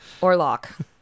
Orlock